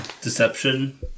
Deception